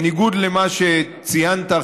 בניגוד למה שציינת,